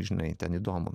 žinai ten įdomu